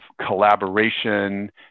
collaboration